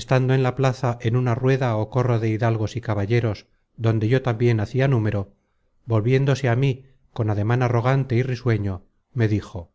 estando en la plaza en una rueda ó corro de hidalgos y caballeros donde yo tambien hacia número volviéndose á mí con ademan arrogante y risueño me dijo